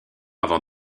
avant